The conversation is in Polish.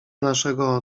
naszego